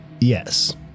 Yes